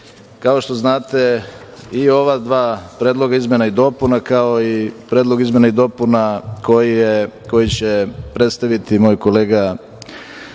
23.Kao što znate, i ova dva predloga izmena i dopuna, kao i predlog izmena i dopuna koji će predstaviti moj kolega